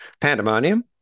pandemonium